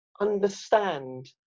understand